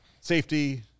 safety